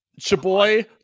Chaboy